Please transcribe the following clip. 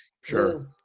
Sure